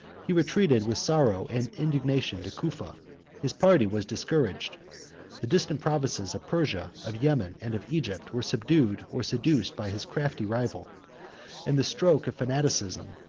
he retreated with sorrow and indignation to cufa his party was discouraged the distant provinces of persia, of yemen, and of egypt, were subdued or seduced by his crafty rival and the stroke of fanaticism,